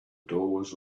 doors